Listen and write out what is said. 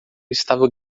estava